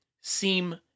seem